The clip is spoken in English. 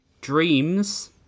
Dreams